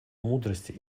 мудрости